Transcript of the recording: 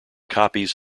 copies